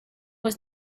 was